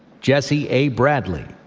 jesse a. bradley,